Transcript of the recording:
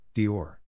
Dior